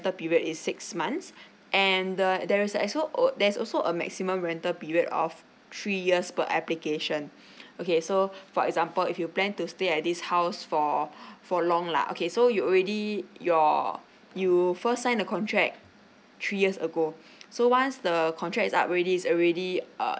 period is six months and the there is also old o~ there's also a maximum rental period of three years per application okay so for example if you plan to stay at this house for for long lah okay so you already your you first sign the contract three years ago so once the contract is up already is already err